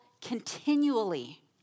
continually